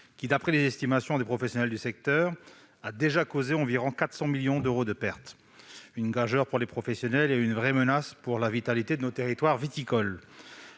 D'après les estimations du secteur, cette mesure tarifaire a déjà causé environ 400 millions d'euros de pertes : une gageure pour les professionnels et une vraie menace pour la vitalité de nos territoires viticoles.